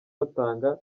batanga